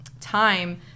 time